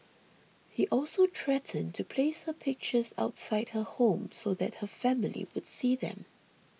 he also threatened to place her pictures outside her home so that her family would see them